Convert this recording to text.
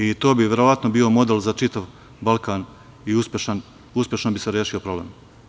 I to bi verovatno model za čitav Balkan i uspešno bi se rešio problem.